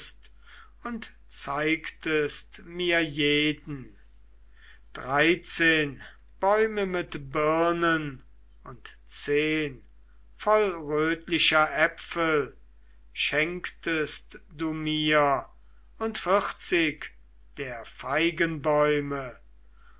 und zeigtest mir jeden dreizehn bäume mit birnen und zehn voll rötlicher äpfel schenktest du mir und vierzig der feigenbäume